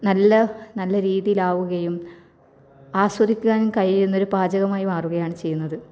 നല്ല നല്ല രീതിയിൽ ആവുകയും ആസ്വദിക്കാനും കഴിയുന്നൊരു പാചകമായി മാറുകയാണ് ചെയ്യുന്നത്